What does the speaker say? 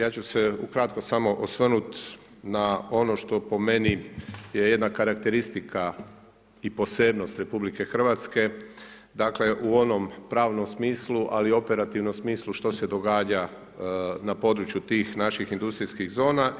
Ja ću se ukratko samo osvrnuti na ono što po meni je jedna karakteristika i posebnost RH, dakle u onom pravnom smislu ali i operativnom smislu što se događa na području tih naših industrijskih zona.